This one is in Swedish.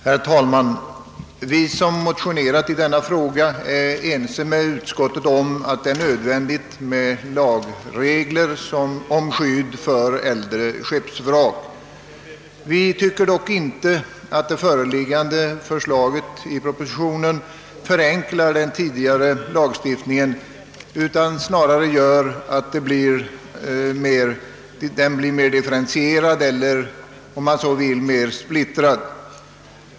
Herr talman! Vi som motionerat i denna fråga är ense med utskottet om att det är nödvändigt med lagregler om skydd för äldre skeppsvrak. Vi tycker dock inte att det föreliggande propositionsförslaget förenklar gällande lagstiftning, utan anser att det snarare gör lagstiftningen mer differentierad eller, om man så vill, mer splittrad.